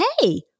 hey